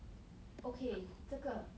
okay 这个